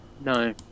No